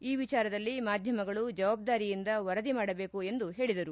ಈ ವಿಚಾರದಲ್ಲಿ ಮಾಧ್ಯಮಗಳು ಜವಾಬ್ದಾರಿಯಿಂದ ವರದಿ ಮಾಡಬೇಕು ಎಂದು ಹೇಳಿದರು